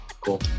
cool